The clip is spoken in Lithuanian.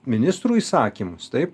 ministrų įsakymus taip